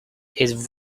his